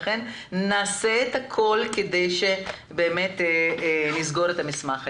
לכן נעשה הכול כדי לסגור את המסמך היום.